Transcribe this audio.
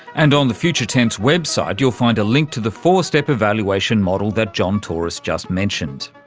and on the future tense website you'll find a link to the four-step evaluation model that john torous just mentioned.